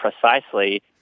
precisely